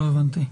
לא הבנתי.